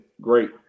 great